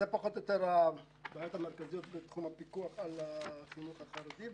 אלה פחות או יותר הבעיות המרכזיות בתחום הפיקוח על החינוך החרדי.